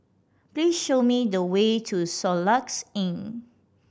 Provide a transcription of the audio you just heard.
please show me the way to Soluxe Inn